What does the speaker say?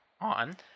on